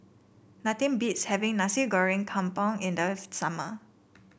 nothing beats having Nasi Goreng Kampung in the summer